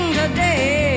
today